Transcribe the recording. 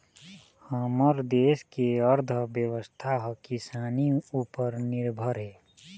हमर देस के अर्थबेवस्था ह किसानी उपर निरभर हे